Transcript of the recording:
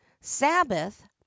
Sabbath